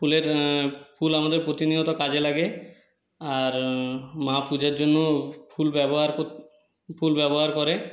ফুলের ফুল আমাদের প্রতিনিয়ত কাজে লাগে আর মা পুজোর জন্য ফুল ব্যবহার ফুল ব্যবহার করে